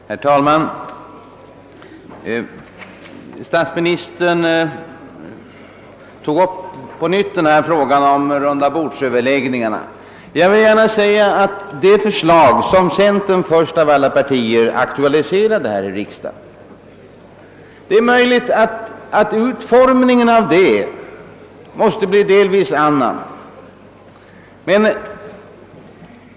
Herr talman! Statsministern tog på nytt upp frågan om rundabordsöverläggningarna. Jag vill gärna säga att utformningen av det förslag, som centerpartiet först av alla lade fram, kanske delvis måste bli en annan.